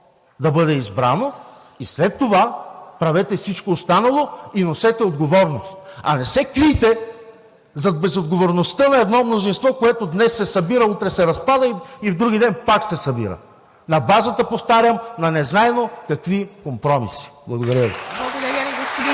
да бъде избрано, и след това правете всичко останало и носете отговорност, а не се крийте зад безотговорността на едно мнозинство, което днес се събира, утре се разпада и в други ден пак се събира, на базата, повтарям, на незнайно какви компромиси. Благодаря Ви. (Ръкопляскания